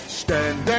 stand